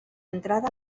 entrada